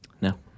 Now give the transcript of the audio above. No